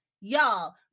Y'all